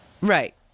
Right